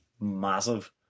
massive